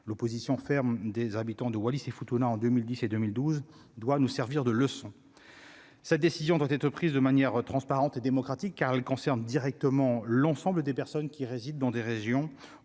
l'opposition ferme des habitants de Wallis et Futuna, en 2010 et 2012 doit nous servir de leçon, cette décision doit être prise de manière transparente et démocratique, car elle concerne directement l'ensemble des personnes qui résident dans des régions